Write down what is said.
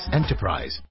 enterprise